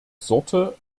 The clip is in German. sorte